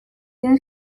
den